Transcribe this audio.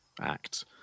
act